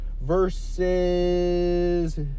versus